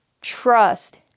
trust